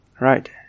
right